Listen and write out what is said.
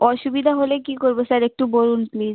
অসুবিধা হলে কী করবো স্যার একটু বলুন প্লিজ